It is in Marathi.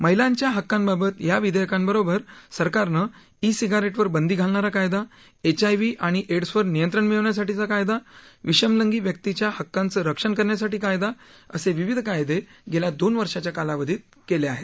महिलांच्या हक्कांबाबत या विधेयकांबरोबर सरकारनं ई सिगारेटवर बंदी घालणारा कायदा एचआयव्ही आणि एड्सवर नियंत्रण मिळवण्यासाठी कायदा विषमलिंगी व्यक्तींच्या हक्कांचं रक्षण करण्यासाठी कायदा असे विविध कायदे सरकारनं गेल्या दोन वर्षांच्या कालावधीत केले आहेत